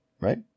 right